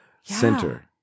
center